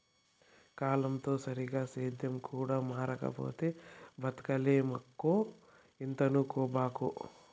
కాలంతో సరిగా సేద్యం కూడా మారకపోతే బతకలేమక్కో ఇంతనుకోబాకు